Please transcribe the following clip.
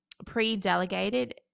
pre-delegated